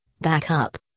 backup